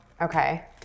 okay